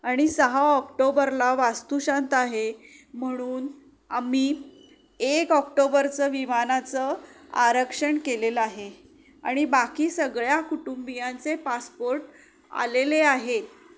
आणि सहा ऑक्टोबरला वास्तुशांत आहे म्हणून आम्ही एक ऑक्टोबरचं विमानाचं आरक्षण केलेलं आहे आणि बाकी सगळ्या कुटुंबियांचे पासपोर्ट आलेले आहेत